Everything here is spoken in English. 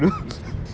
idiot